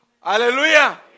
Hallelujah